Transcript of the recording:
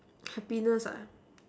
happiness ah